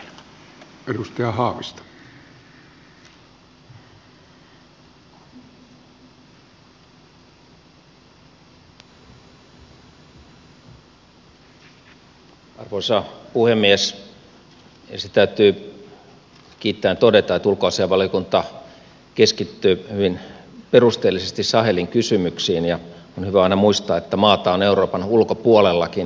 ensin täytyy kiittäen todeta että ulkoasiainvaliokunta keskittyi hyvin perusteellisesti sahelin kysymyksiin ja on hyvä aina muistaa että maata on euroopan ulkopuolellakin